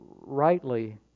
rightly